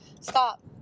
Stop